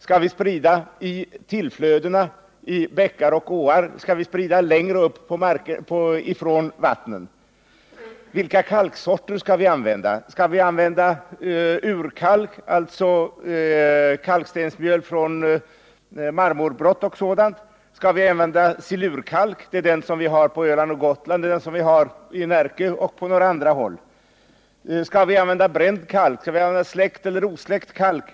Skall vi sprida i tillMödena, i bäckar och åar? Skall vi sprida längre från vattnen? Vilka kalksorter skall vi använda? Skall vi an vända urkalk, dvs. kalkstensmjöl från marmorbrott och liknande? Skall vi använda silurkalk — det är den vi har på Öland och Gotland, i Närke och på några andra håll? Skall vi använda bränd kalk, släckt eller osläckt kalk?